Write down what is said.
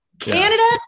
Canada